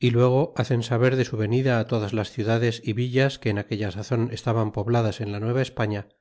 y luego hacen saber de su venida todas las ciudades é villas que en aquella sazon estaban pobladas en la nueva españa para